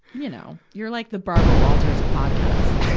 you know? you're like the barbara walters of podcasts.